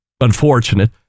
unfortunate